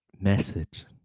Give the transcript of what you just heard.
message